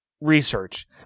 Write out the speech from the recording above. research